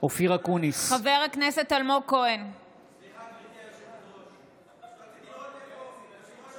אופיר אקוניס, אינו נוכח משה